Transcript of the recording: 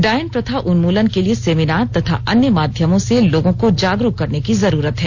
डायन प्रथा उन्मूलन के लिए सेमिनार तथा अन्य माध्यमों से लोगों को जागरूक करने की जरूरत है